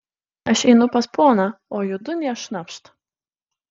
aš einu pas poną o judu nė šnapšt